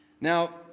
Now